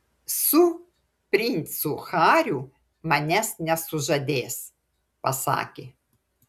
su princu hariu manęs nesužadės pasakė